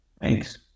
Thanks